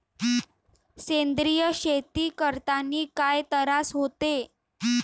सेंद्रिय शेती करतांनी काय तरास होते?